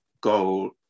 goal